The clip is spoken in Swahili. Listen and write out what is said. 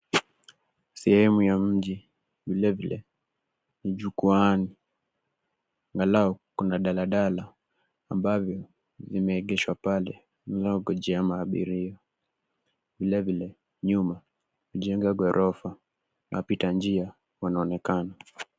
Sehemu ya mji vilevile ni jukwaani, angalau kuna daladala ambavyo vimeegeshwa pale vinavyongoja mabiria vilevile nyuma jengo ya ghorofa na wapitanjia wanaonekana.